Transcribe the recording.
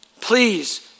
Please